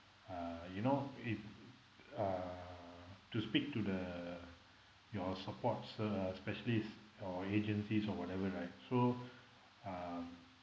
uh you know if uh to speak to the your support cer~ uh specialists or agencies or whatever right so um